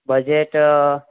budget